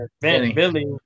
Billy